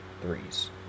threes